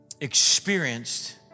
experienced